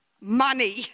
money